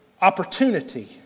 opportunity